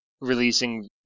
releasing